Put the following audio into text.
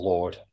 Lord